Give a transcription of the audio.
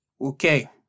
okay